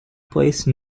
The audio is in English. place